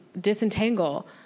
disentangle